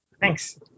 Thanks